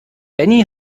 benny